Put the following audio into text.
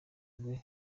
rwe